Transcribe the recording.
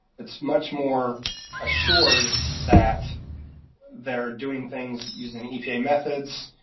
it's much more assured that they're doing things using epa methods,